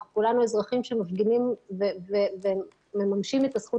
כולנו אזרחים שמפגינים ומממשים את הזכות